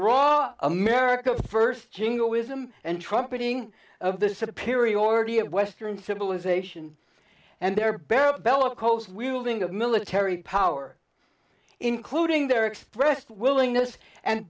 wrong america first jingle wisdom and trumpeting of this a period already of western civilization and their bare bellicose wielding of military power including their expressed willingness and